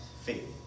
faith